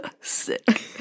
sick